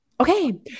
Okay